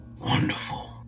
Wonderful